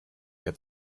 had